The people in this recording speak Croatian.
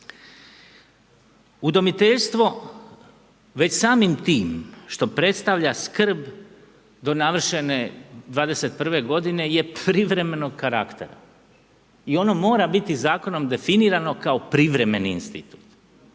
Udomiteljstvo već samim tim što predstavlja skrb do navršene 21 godine je privremenog karaktera i ono mora biti zakonom definirano kao privremeni institut.